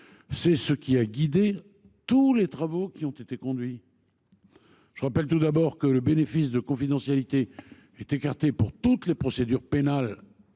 reste guidé tous les travaux qui ont été menés sur ce sujet. Je rappelle, tout d’abord, que le bénéfice de la confidentialité est écarté pour toutes les procédures pénales